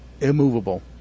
immovable